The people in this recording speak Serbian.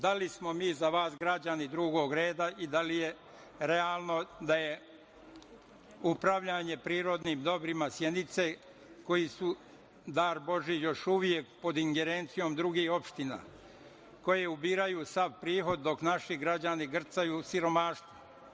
Da li smo mi za vas građani drugog reda i da li je realno da je upravljanje prirodnim dobrima Sjenice, koji su dar božji, još uvek pod ingerencijom drugih opština, koje ubiraju sav prihod, dok naši građani grcaju u siromaštvu?